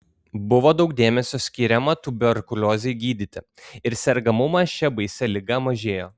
buvo daug dėmesio skiriama tuberkuliozei gydyti ir sergamumas šia baisia liga mažėjo